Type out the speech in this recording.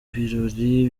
birori